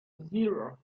zero